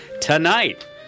Tonight